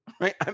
right